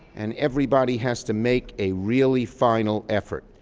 and everybody has to make a really final effort.